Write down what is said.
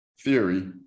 theory